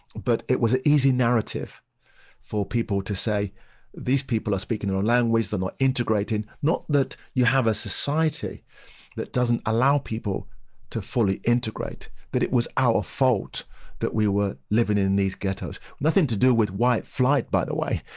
but it was an easy narrative for people to say these people are speaking their own language they're not integrating. not that you have a society that doesn't allow people to fully integrate that it was our fault that we were living in these ghettos nothing to do with white flight by the way.